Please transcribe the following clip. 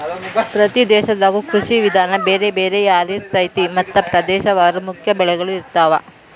ಪ್ರತಿ ದೇಶದಾಗು ಕೃಷಿ ವಿಧಾನ ಬೇರೆ ಬೇರೆ ಯಾರಿರ್ತೈತಿ ಮತ್ತ ಪ್ರದೇಶವಾರು ಮುಖ್ಯ ಬೆಳಗಳು ಇರ್ತಾವ